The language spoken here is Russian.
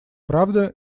правда